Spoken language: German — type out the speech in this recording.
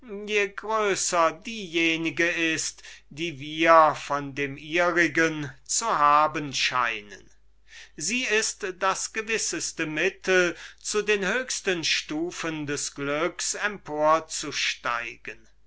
je größer diejenige ist die er von den ihrigen zu haben scheint sie ist das gewisseste mittel zu den höchsten stufen des glücks empor